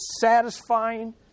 satisfying